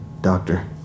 doctor